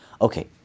okay